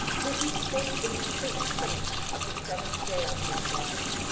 for he spake in a certain place of the seventh day on this wise,